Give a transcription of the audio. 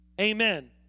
Amen